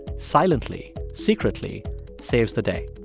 silently, secretly saves the day.